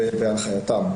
בהנחייתם.